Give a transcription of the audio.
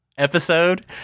episode